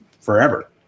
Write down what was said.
forever